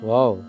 Wow